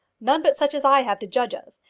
none but such as i have to judge of.